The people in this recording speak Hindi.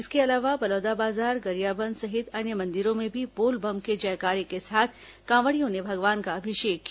इसके अलावा बलौदाबाजार गरियाबंद सहित अन्य मंदिरों में भी बोल बम के जयकारे के साथ कांवड़ियों ने भगवान का अभिषेक किया